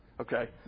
Okay